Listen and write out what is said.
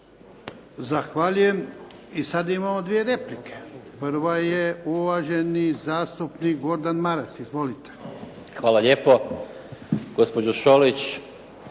Zahvaljujem. I sada imamo dvije replike. Prva je uvaženi zastupnik Gordan Maras. Izvolite. **Maras, Gordan